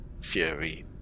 Fury